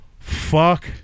Fuck